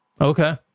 okay